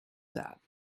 that